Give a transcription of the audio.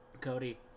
Cody